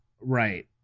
Right